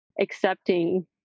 accepting